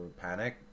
panic